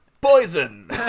poison